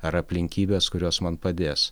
ar aplinkybės kurios man padės